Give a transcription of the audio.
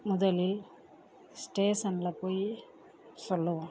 முதலில் ஸ்டேசனில் போய் சொல்லவும்